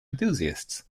enthusiasts